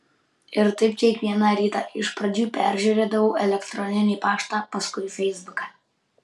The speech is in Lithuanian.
ir taip kiekvieną rytą iš pradžių peržiūrėdavau elektroninį paštą paskui feisbuką